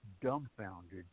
dumbfounded